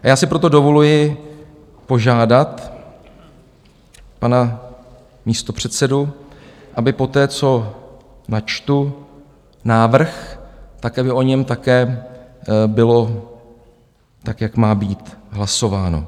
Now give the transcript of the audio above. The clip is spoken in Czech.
Já si proto dovoluji požádat pana místopředsedu, aby poté, co načtu návrh, o něm také bylo, tak jak má být, hlasováno.